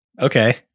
okay